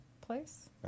place